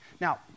Now